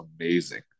amazing